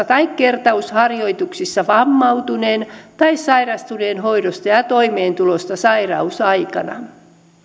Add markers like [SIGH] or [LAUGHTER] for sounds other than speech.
[UNINTELLIGIBLE] tai kertausharjoituksissa vammautuneen tai sairastuneen hoidosta ja ja toimeentulosta sairausaikana